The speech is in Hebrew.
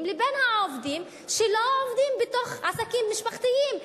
לבין עובדים שלא עובדים בעסקים משפחתיים.